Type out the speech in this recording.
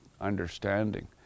understanding